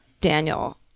Daniel